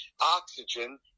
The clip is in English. Oxygen